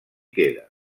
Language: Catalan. queda